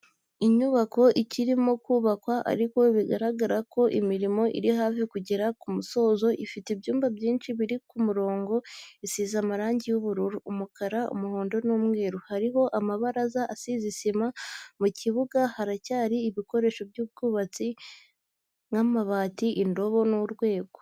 Inyubako ikirimo kubakwa ariko bigaragara ko imirimo iri hafi kugera ku musozo ifite ibyumba byinshi biri ku murongo, isize amarangi y'ubururu, umukara, umuhondo n'umweru, hariho amabaraza asize isima mu kibuga haracyari ibikoresho by'ubwubatsi nk'amabati indobo n'urwego.